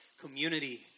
community